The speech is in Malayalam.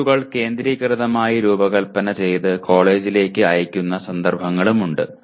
ടെസ്റ്റുകൾ കേന്ദ്രീകൃതമായി രൂപകൽപ്പന ചെയ്ത് കോളേജിലേക്ക് അയയ്ക്കുന്ന സന്ദർഭങ്ങളുണ്ട്